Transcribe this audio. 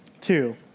Two